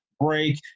break